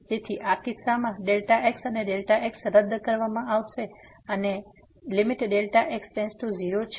તેથી આ કિસ્સામાં આ Δx અને Δx રદ કરવામાં આવશે અને અમે x→0 લઈ રહ્યા છીએ